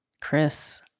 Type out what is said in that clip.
Chris